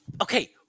Okay